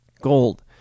Gold